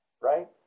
Right